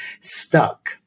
stuck